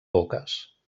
boques